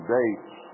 dates